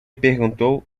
perguntou